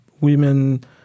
women